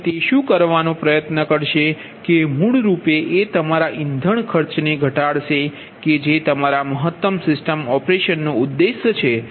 અહીં તે શું કરવાનો પ્રયત્ન કરશે કે મૂળરૂપે એ તમારા ઇંધણ ખર્ચને ઘટાડશે કે જે તમારા મહત્તમ સિસ્ટમ ઓપરેશનનો ઉદ્દેશ છે